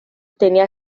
tenía